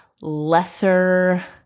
lesser